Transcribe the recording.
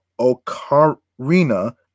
Ocarina